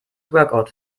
workout